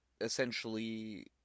essentially